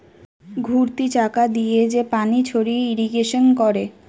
ঘুরতি চাকা দিয়ে যে পানি ছড়িয়ে ইরিগেশন করে